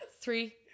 Three